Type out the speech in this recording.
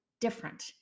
different